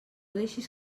deixis